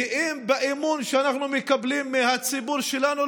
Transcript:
גאים באמון שאנחנו מקבלים מהציבור שלנו,